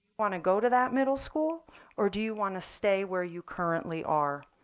want to go to that middle school or do you want to stay where you currently are?